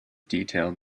detailed